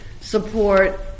support